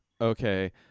okay